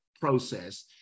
process